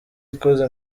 ikoze